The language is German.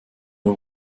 wir